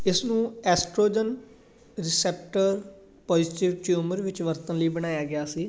ਇਸ ਨੂੰ estrogen receptor positive tumour ਵਿੱਚ ਵਰਤਣ ਲਈ ਬਣਾਇਆ ਗਿਆ ਸੀ